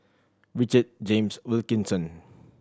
Richard James Wilkinson